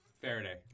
Faraday